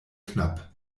knapp